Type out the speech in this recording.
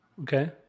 okay